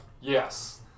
yes